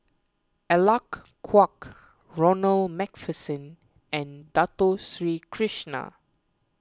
Alec Kuok Ronald MacPherson and Dato Sri Krishna